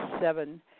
seven